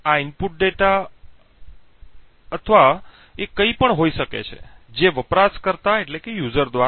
હુમલાખોર ઇચ્છે છે કે ટ્રોજનનું ટ્રિગર સક્રિય થાય તે થોડા મહિનાઓ પછી થોડા અઠવાડિયા પછી અથવા થોડા વર્ષો પછી અથવા કદાચ વર્ષ દરમિયાન કોઈ ચોક્કસ સમયે કહી શકે